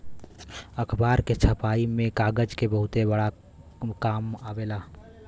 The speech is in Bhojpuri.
अखबार के छपाई में कागज के बहुते काम आवेला